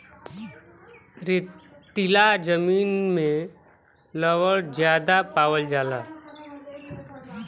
रेतीला जमीन में लवण ज्यादा पावल जाला